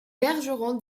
bergeron